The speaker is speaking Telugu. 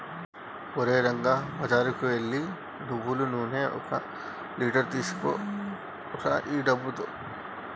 ఓరే రంగా బజారుకు ఎల్లి నువ్వులు నూనె ఒక లీటర్ తీసుకురా ఈ డబ్బుతో